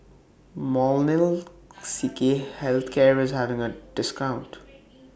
Molnylcke Health Care IS having A discount